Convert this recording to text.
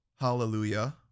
Hallelujah